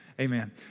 Amen